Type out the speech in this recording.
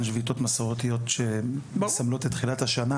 שביתות מסורתיות שמסמלות את תחילת השנה